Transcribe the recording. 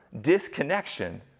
disconnection